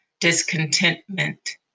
discontentment